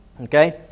Okay